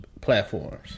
platforms